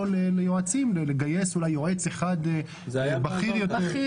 ליועצים ולגייס אולי יועץ אחד בכיר יותר.